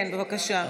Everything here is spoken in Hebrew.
כן, בבקשה.